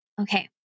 okay